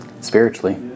Spiritually